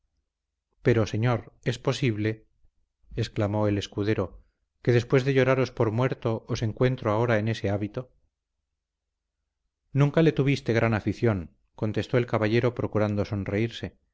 pero señor es posible exclamó el escudero que después de lloraros por muerto os encuentro ahora en ese hábito nunca le tuvieste gran afición contestó el caballero procurando sonreírse